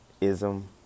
ism